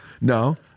No